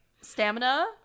Stamina